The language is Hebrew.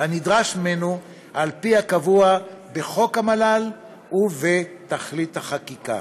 הנדרש ממנו על פי הקבוע בחוק המל"ל ובתכלית החקיקה.